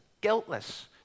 guiltless